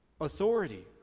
authority